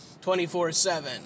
24/7